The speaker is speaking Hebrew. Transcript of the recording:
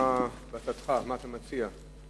מה אתה מציע?